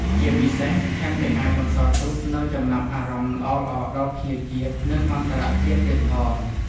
ជាពិសេស ថែមទាំងអាចបន្សល់ទុកនូវចំណាប់អារម្មណ៍ល្អៗដល់ភ្ញៀវជាតិ និងអន្តរជាតិទៀតផង។